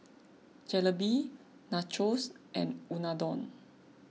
Jalebi Nachos and Unadon